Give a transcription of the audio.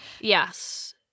Yes